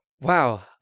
Wow